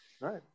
right